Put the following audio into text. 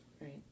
right